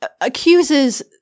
accuses